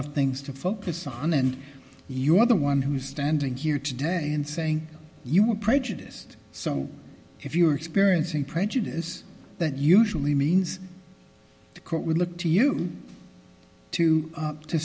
of things to focus on and you are the one who's standing here today and saying you are prejudiced so if you are experiencing prejudice that usually means the court would look to you to